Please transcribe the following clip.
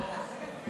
סוף